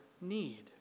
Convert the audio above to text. need